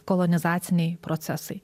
kolonizaciniai procesai